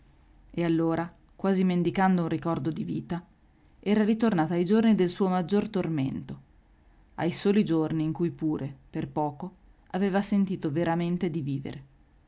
e allora quasi mendicando un ricordo di vita era ritornata ai giorni del suo maggior tormento ai soli giorni in cui pure per poco aveva sentito veramente di vivere